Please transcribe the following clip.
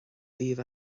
daoibh